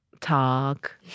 Talk